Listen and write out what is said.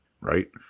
right